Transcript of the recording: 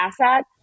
asset